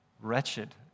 wretched